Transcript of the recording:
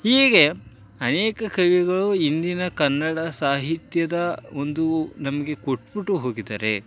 ಹೀಗೆ ಅನೇಕ ಕವಿಗಳು ಇಂದಿನ ಕನ್ನಡ ಸಾಹಿತ್ಯದ ಒಂದು ನಮಗೆ ಕೊಟ್ಟುಬಿಟ್ಟು ಹೋಗಿದ್ದಾರೆ